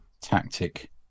tactic